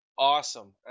awesome